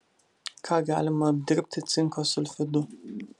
ką galima apdirbti cinko sulfidu